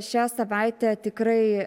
šią savaitę tikrai